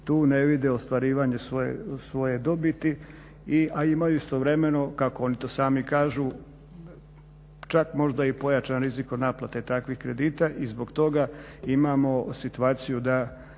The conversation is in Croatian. tu ne vide ostvarivanje svoje dobiti, a imaju istovremeno kako oni to sami kažu čak možda i pojačan rizik od naplate takvih kredita i zbog toga imamo situaciju da